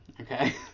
Okay